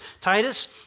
Titus